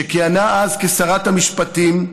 שכיהנה אז כשרת המשפטים,